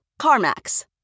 Carmax